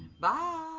Bye